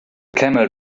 camel